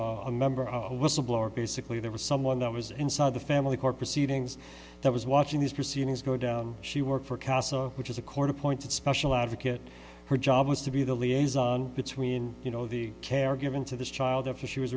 of a member of a whistleblower basically there was someone that was inside the family court proceedings that was watching these proceedings go down she worked for casa which is a court appointed special advocate her job was to be the liaison between you know the care given to this child if she was